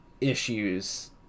issues